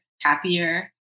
happier